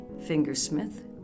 Fingersmith